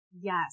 Yes